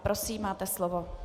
Prosím, máte slovo.